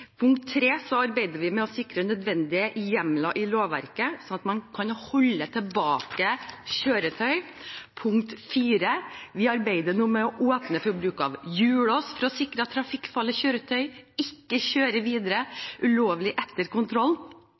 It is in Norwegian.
Vi arbeider med å sikre nødvendige hjemler i lovverket, sånn at man kan holde tilbake kjøretøy. Punkt 4: Vi arbeider nå med å åpne for bruk av hjullås for å sikre at trafikkfarlige kjøretøy ikke kjører videre ulovlig etter kontroll.